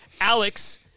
Alex